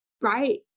right